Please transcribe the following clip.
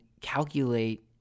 calculate